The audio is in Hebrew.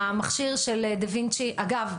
אגב,